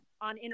on